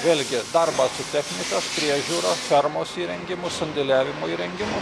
vėlgi darbą su technikos priežiūros fermos įrengimus sandėliavimo įrengimus